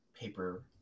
paper